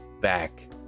back